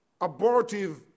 abortive